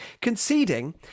conceding